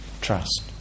trust